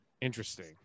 Interesting